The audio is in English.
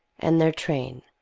and their train,